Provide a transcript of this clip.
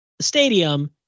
stadium